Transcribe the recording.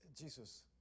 Jesus